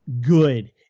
good